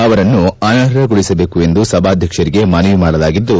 ಅವರನ್ನು ಅನರ್ಹಗೊಳಿಸಬೇಕು ಎಂದು ಸಭಾಧ್ಯಕ್ಷರಿಗೆ ಮನವಿ ಮಾಡಲಾಗಿದ್ದು